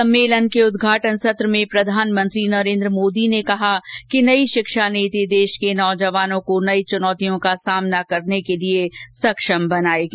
सम्मेलन के उद्घाटन सत्र में प्रधानमंत्री नरेन्द्र मोदी ने कहा कि नई शिक्षा नीति देश के नौजवानों को नई चुनौतियों का सामना करने के लिए सक्षम बन पाएगी